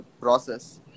process